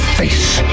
face